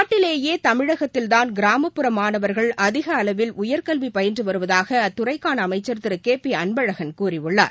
நாட்டிலேயே தமிழகத்தில்தான் கிராமப்புற மாணவர்கள் அதிக அளவிால் உயர்கல்வி பயின்று வருவதாக அத்துறைக்கான அமைச்சர் திரு கே பி அன்பழகன் கூறியுள்ளார்